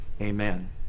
amen